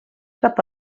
cap